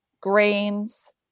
grains